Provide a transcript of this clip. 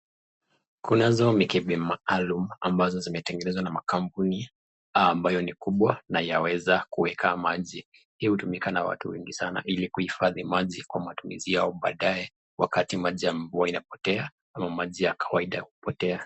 Kunazo mikebe maalum ambazo zimetengenezwa na makampuni ambayo ni kubwa na yaweza kuweka maji. Hii hutumika na watu wengi sana ilikuhifadhi maji kwa matumizi yao baadaye wakati maji ya mvua inapotea ama maji ya kawaida hupotea.